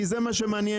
כי זה מה שמעניין,